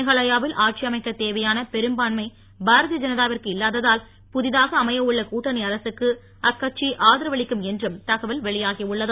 மேகாலயாவில் ஆட்சி அமைக்க தேவையான பெரும்பான்மை பாரதிய ஜனதாவிற்கு இல்லாததால் புதிதாக அமைய உள்ள கூட்டணி அரசுக்கு அக்கட்சி ஆதரவளிக்கும் என்றும் தகவல் வெளியாகியுள்ளது